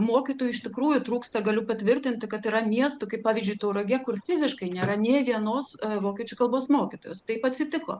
mokytojų iš tikrųjų trūksta galiu patvirtinti kad yra miestų kaip pavyzdžiui tauragė kur fiziškai nėra nė vienos vokiečių kalbos mokytojos taip atsitiko